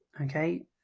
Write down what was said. okay